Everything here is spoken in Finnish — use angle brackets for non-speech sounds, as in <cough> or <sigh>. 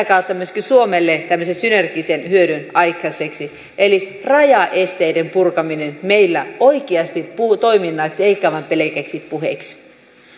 <unintelligible> kautta myöskin suomelle tämmöisen synergisen hyödyn aikaiseksi eli rajaesteiden purkaminen meillä oikeasti toiminnaksi eikä vain pelkäksi puheeksi